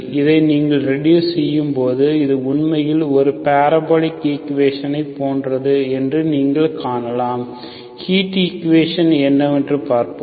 இதை நீங்கள் ரெடுஸ் செய்யும்போது இது உண்மையில் இது பாரபோலிக் ஈக்குவேஷனைப் போன்றது என்று நீங்கள் காணலாம் ஹீட் ஈக்குவேஷன் என்னவென்று பார்ப்போம்